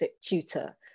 tutor